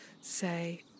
say